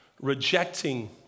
Rejecting